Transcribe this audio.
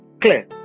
clear